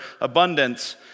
abundance